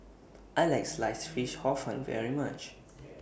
I like Sliced Fish Hor Fun very much